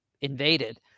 invaded